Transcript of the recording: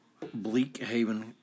Bleakhaven